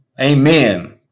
amen